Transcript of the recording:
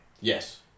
Yes